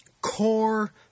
core